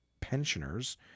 pensioners